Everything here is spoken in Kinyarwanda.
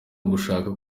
ugushaka